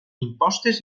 impostes